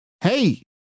Hey